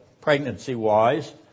pregnancy-wise